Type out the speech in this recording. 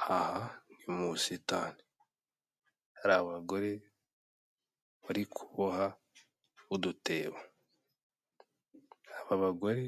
Aha ni mu busitani, hari abagore bari kuboha udutebo, aba bagore